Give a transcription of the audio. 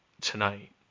tonight